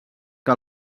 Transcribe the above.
que